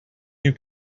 you